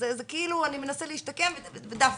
זה כאילו אני מנסה להשתקם ודווקא.